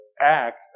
act